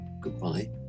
goodbye